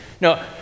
No